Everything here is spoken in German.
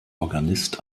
organist